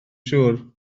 siŵr